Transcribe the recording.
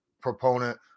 proponent